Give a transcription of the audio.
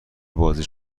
بازدید